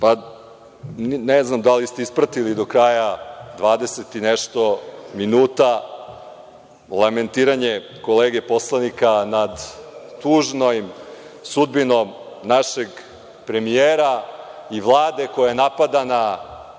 znam da li ste ispratili do kraja dvadeset i nešto minuta u lamentiranje kolege poslanika nad tužnom sudbinom našeg premijera i Vlade koja je napadana